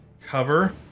cover